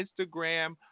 Instagram